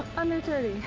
under thirty.